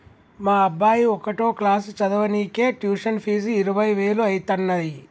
మా అబ్బాయి ఒకటో క్లాసు చదవనీకే ట్యుషన్ ఫీజు ఇరవై వేలు అయితన్నయ్యి